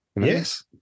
Yes